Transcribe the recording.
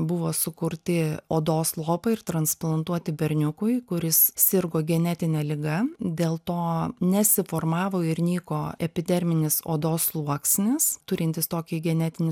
buvo sukurti odos lopai ir transplantuoti berniukui kuris sirgo genetine liga dėl to nesiformavo ir nyko epiderminis odos sluoksnis turintys tokį genetinį